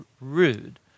rude